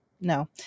no